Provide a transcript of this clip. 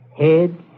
head